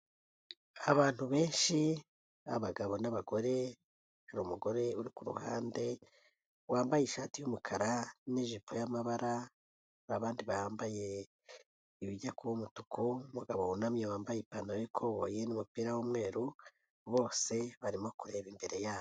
Abantu benshi b'abagabo n'abagore, hari umugore uri ku ruhande wambaye ishati y'umukara n'ijipo y'amabara, n'abandi bambaye ibijya kuba umutuku, umugabo wunamye wambaye ipantaro y'ikoboyi n'umupira w'umweru bose barimo kureba imbere yabo.